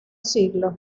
siglo